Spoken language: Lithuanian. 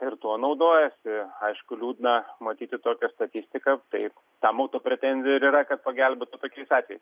ir tuo naudojasi aišku liūdna matyti tokią statistiką taip tam mūsų pretenzija ir yra kad pagelbėtų tokiais atvejais